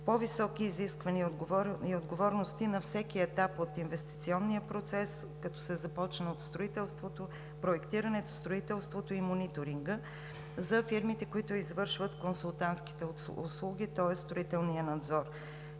по-високи изисквания и отговорности на всеки етап от инвестиционния процес, като се започне от проектирането, строителството и мониторинга за фирмите, които извършват консултантските услуги, тоест строителния надзор.